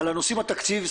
על הנושאים התקציביים,